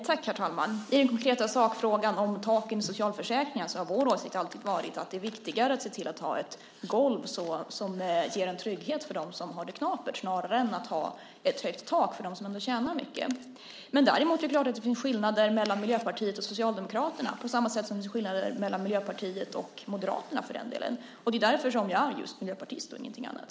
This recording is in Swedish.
Herr talman! I den konkreta sakfrågan om tak i socialförsäkringarna har vår åsikt alltid varit att det är viktigare att se till att ha ett golv som ger en trygghet för dem som har det knapert snarare än att ha ett högt tak för dem som tjänar mycket. Däremot är det klart att det finns skillnader mellan Miljöpartiet och Socialdemokraterna, på samma sätt som det finns skillnader mellan Miljöpartiet och Moderaterna för den delen. Det är därför som jag är just miljöpartist och ingenting annat.